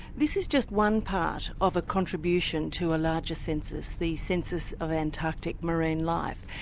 this is just one part of a contribution to a larger census, the census of antarctic marine life.